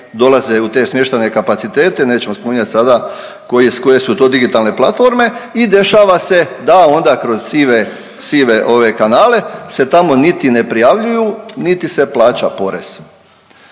dolaze u te smještajne kapacitete, nećemo spominjat sada koje su to digitalne platforme i dešava se da onda kroz sive, sive ove kanale se tamo niti ne prijavljuju, niti se plaća porez.